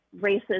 races